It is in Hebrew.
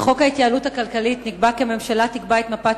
בחוק ההתייעלות הכלכלית נקבע כי הממשלה תקבע את מפת